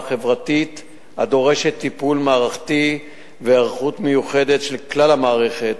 חברתית הדורשת טיפול מערכתי והיערכות מיוחדת של כלל המערכת,